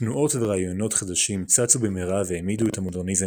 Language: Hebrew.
תנועות ורעיונות חדשים צצו במהרה והעמידו את המודרניזם